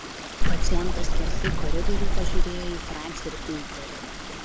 pacientas skersai koridorių pažiūrėjo į francį ir piterį